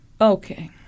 Okay